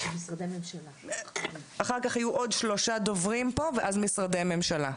אחריהם יהיו עוד שלושה דוברים ואז משרדי ממשלה.